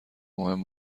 مهم